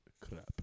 crap